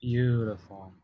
Beautiful